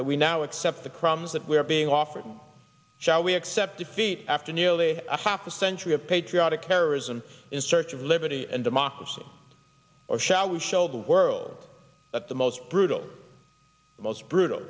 that we now accept the crumbs that we are being offered shall we accept defeat after nearly half a century of patriotic terrorism in search of liberty and democracy or shall we show the world that the most brutal most brutal